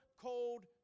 cold